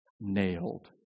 nailed